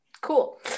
Cool